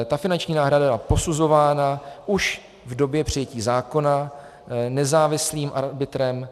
Ta finanční náhrada byla posuzována už v době přijetí zákona nezávislým arbitrem.